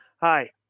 Hi